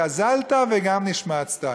הגזלת וגם השמצת,